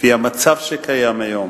לפי המצב שקיים כיום,